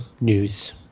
news